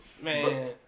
Man